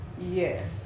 Yes